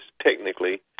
technically